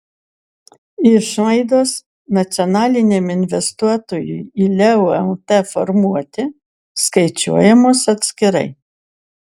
išlaidos nacionaliniam investuotojui į leo lt formuoti skaičiuojamos atskirai